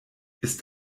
ist